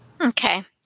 Okay